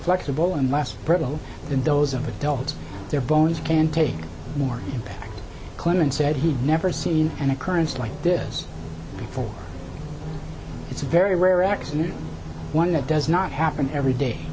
flexible and less brittle than those of adults their bones can take more impact clinton said he'd never seen an occurrence like this before it's a very rare accident one that does not happen every day